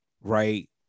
right